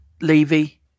Levy